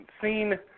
seen